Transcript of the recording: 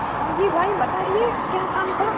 ہاں جی بھائی بتائیے کیا کام تھا